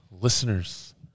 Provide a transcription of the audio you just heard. Listeners